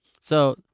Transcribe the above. So-